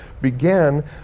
began